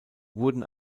wurden